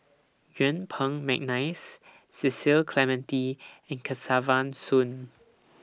Yuen Peng Mcneice Cecil Clementi and Kesavan Soon